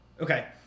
Okay